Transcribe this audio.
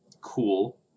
cool